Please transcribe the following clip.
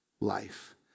life